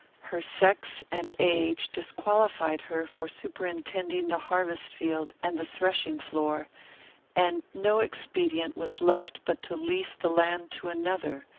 her sex and age disqualified her for superintending the harvest-field and the threshing-floor and no expedient was left but to lease the land to another,